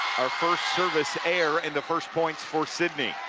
first service error and the first points for sidney.